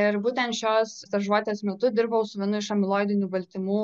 ir būtent šios stažuotės metu dirbau su vienu iš amiloidinių baltymų